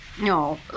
No